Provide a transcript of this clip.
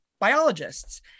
biologists